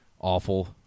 awful